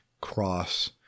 cross